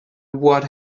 what